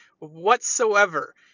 whatsoever